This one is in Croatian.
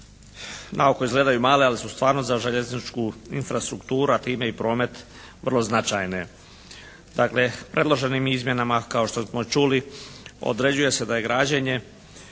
na oko izgledaju male, ali su stvarno za željezničku infrastrukturu, a time i promet vrlo značajne. Dakle predloženim izmjenama kao što smo čuli određuje se da je građenje,